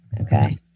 Okay